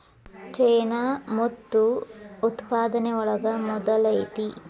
ಚೇನಾ ಮುತ್ತು ಉತ್ಪಾದನೆ ಒಳಗ ಮೊದಲ ಐತಿ